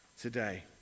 today